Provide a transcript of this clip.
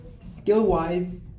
skill-wise